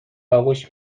آغوش